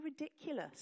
ridiculous